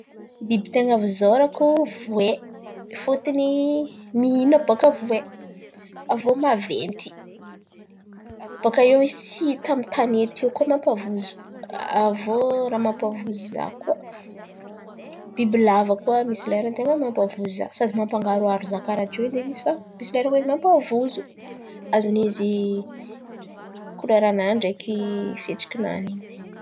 Biby ten̈a mampavozo voay fôton̈y mihin̈a bakà voay, avy iô maventy. Bakà eo izy tsy hita amy ny tan̈ety io koa mampavozo. Avy iô raha mampavozo zah koa bibilava misy leran̈y koa ten̈a mampavozo zah sady mampangaroaro zah karà teo lay izy misy leran̈y lay izy mampavozo azon̈y izy koleran̈any ndraiky fihetsikin̈any.